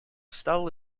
встал